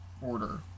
order